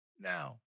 now